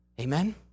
Amen